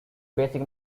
basic